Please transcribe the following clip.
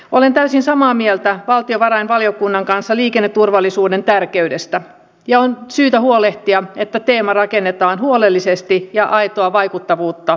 olen täysin samaa omaehtoinen toiminta ovat kustannustehokasta tukea ja täydennystä suomen puolustusjärjestelmälle ja aitoa vaikuttavuutta